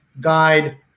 guide